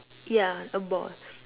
yeah a ball